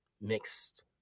mixed